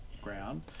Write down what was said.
ground